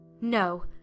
No